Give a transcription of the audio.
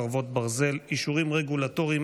חרבות ברזל) (אישורים רגולטוריים,